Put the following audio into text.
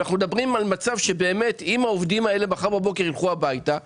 אם העובדים האלה מחר בבוקר ילכו הביתה,